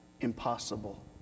impossible